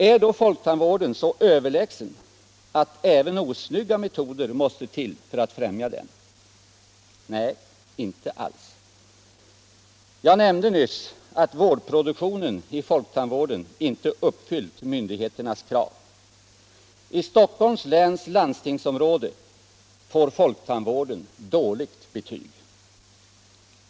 Är då folktandvården så överlägsen att även osnygga metoder måste till för att främja den? Nej, inte alls. Jag nämnde nyss att vårdproduktionen i folktandvården inte uppfyllt myndigheternas krav. I Stockholms läns landstingsområde får folktandvården dåligt betyg.